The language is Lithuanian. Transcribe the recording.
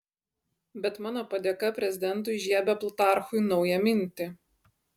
bet mano padėka prezidentui įžiebia plutarchui naują mintį